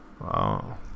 Wow